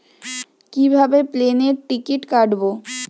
কিভাবে প্লেনের টিকিট কাটব?